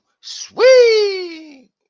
Sweet